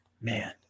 Man